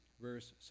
verse